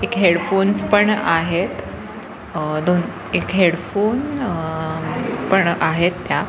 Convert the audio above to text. एक हेडफोन्स पण आहेत दोन एक हेडफोन पण आहेत त्यात